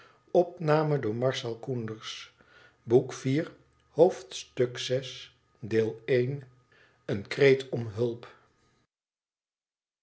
een kreet om hulp